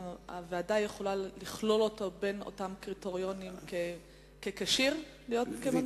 האם הוועדה יכולה לכלול אותו ככשיר להיות מנכ"ל?